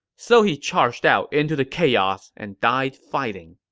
so he charged out into the chaos and died fighting.